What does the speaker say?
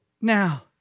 now